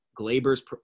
Glaber's